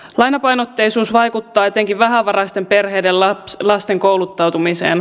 lainapainotteisuus vaikuttaa etenkin vähävaraisten perheiden lasten kouluttautumiseen